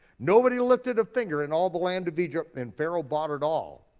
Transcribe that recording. nobody lifted a finger in all the land of egypt and pharaoh bought it all.